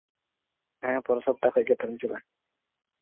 ᱦᱮᱸ ᱯᱚᱨᱮᱨ ᱥᱚᱯᱛᱟᱦᱚ ᱠᱷᱚᱱ ᱜᱮ ᱛᱟᱦᱞᱮᱧ ᱪᱟᱞᱟᱜᱼᱟ